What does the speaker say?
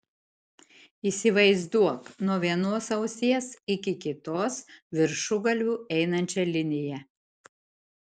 įsivaizduok nuo vienos ausies iki kitos viršugalviu einančią liniją